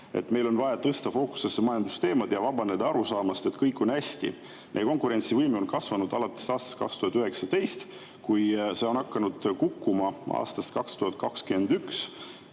meil on vaja tõsta fookusesse majandusteemad ja vabaneda arusaamast, et kõik on hästi. Meie konkurentsivõime hakkas kasvama alates aastast 2019, kuid see on hakanud kukkuma aastast 2021,